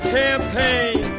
campaign